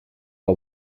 our